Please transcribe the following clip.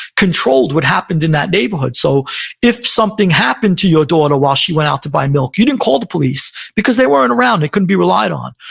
controlled what happened in that neighborhood. so if something happened to your daughter while she went out to buy milk, you didn't call the police, because they weren't around. they couldn't be relied on.